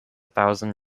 thousand